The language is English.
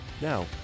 Now